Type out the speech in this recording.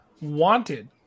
Wanted